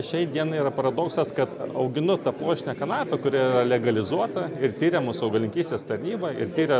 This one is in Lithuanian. šiai dienai yra paradoksas kad auginu tą pluoštinę kanapę kuri legalizuota ir tiria mus augalininkystės tarnyba ir tiria